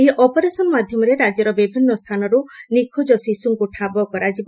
ଏହି ଅପରେସନ ମାଧ୍ଟମରେ ରାଜ୍ୟର ବିଭିନ୍ନ ସ୍ଥାନର ନିଖୋଜ ଶିଶୁଙ୍କୁ ଠାବ କରାଯିବ